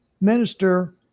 Minister